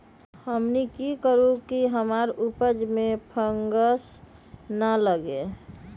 हमनी की करू की हमार उपज में फंगस ना लगे?